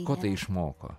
ko išmoko